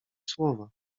słowa